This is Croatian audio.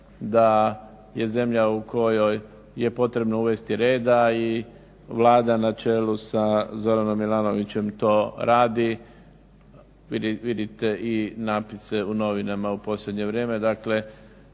da je zemlja u kojoj je potrebno uvesti reda i Vlada na čelu sa Zoranom Milanovićem to radi. Vidite i napise u novinama u posljednje vrijeme.